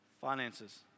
finances